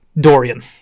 Dorian